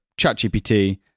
ChatGPT